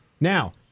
Now